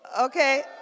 Okay